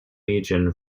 legion